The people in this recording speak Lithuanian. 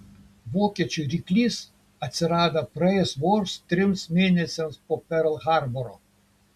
vokiečių ryklys atsirado praėjus vos trims mėnesiams po perl harboro